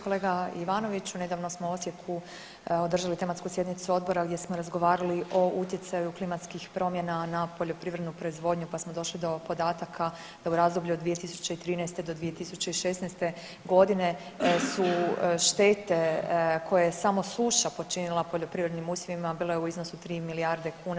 Kolega Ivanoviću nedavno smo u Osijeku održali tematsku sjednicu odbora gdje smo razgovarali o utjecaju klimatskih promjena na poljoprivrednu proizvodnju pa smo došli do podataka da u razdoblju od 2013. do 2016. godine su štete koje je samo suša počinila poljoprivrednim usjevima bila u iznosu 3 milijarde kuna.